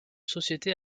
société